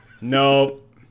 Nope